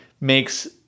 makes